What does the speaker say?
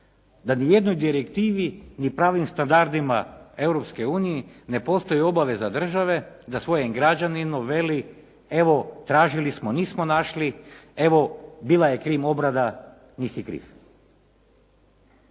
da ni jednoj direktivi ni pravim standardima Europske unije ne postoji obaveza države da svojem građaninu veli, evo tražili smo, nismo našli, evo bila je krim obrada, nisi kriv?